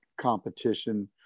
competition